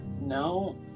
No